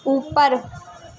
اوپر